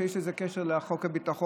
שיש לזה קשר לחוק הביטחון,